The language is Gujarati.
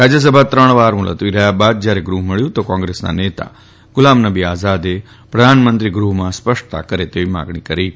રાજ્યસભામાં ત્રણ વાર ગૃહ મુલતવી રહ્યા બાદ ફરી જ્યારે ગૃહ મળ્યું ત્યારે કોંગ્રેસના નેતા ગુલામનબી આઝાદે પ્રધાનમંત્રી ગૃહમાં સ્પષ્ટતા કરે તેવી માગણી કરી હતી